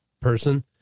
person